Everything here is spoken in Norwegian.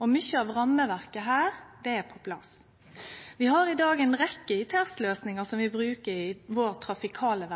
og mykje av rammeverket her er på plass. Vi har i dag ei rekkje ITS-løysingar som vi bruker i vår trafikale